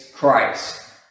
Christ